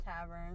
tavern